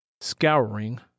scouring